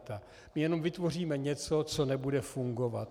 My jenom vytvoříme něco, co nebude fungovat.